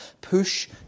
push